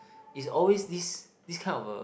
it's always this this kind of a